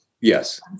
Yes